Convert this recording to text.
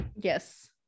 Yes